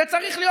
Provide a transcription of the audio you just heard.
זה צריך להיות